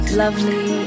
lovely